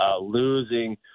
losing